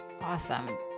Awesome